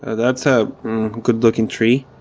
ah that's a good looking tree.